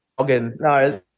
no